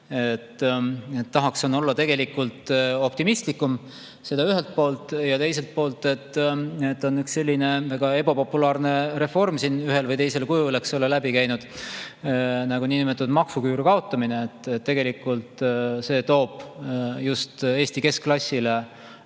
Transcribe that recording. Tahaks olla tegelikult optimistlikum. Seda ühelt poolt. Ja teiselt poolt on üks selline väga ebapopulaarne reform siin ühel või teisel kujul läbi käinud, see niinimetatud maksuküüru kaotamine. Tegelikult see toob just Eesti keskklassile